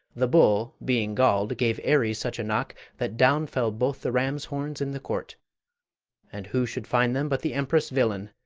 the bull, being gall'd, gave aries such a knock that down fell both the ram's horns in the court and who should find them but the empress' villain?